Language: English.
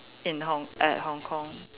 in Hong~ at Hong-Kong